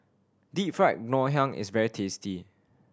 Deep Fried Ngoh Hiang is very tasty